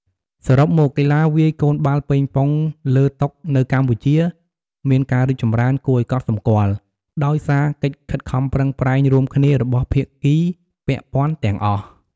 សរុបមក កីឡាវាយកូនបាល់ប៉េងប៉ុងលើតុនៅកម្ពុជាមានការរីកចម្រើនគួរឱ្យកត់សម្គាល់ ដោយសារកិច្ចខិតខំប្រឹងប្រែងរួមគ្នារបស់ភាគីពាក់ព័ន្ធទាំងអស់។